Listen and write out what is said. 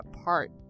apart